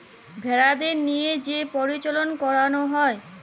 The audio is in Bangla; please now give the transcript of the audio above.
ভেড়াদের লিয়ে যে পরজলল করল হ্যয় বাচ্চা করবার জনহ